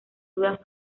dudas